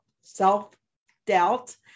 self-doubt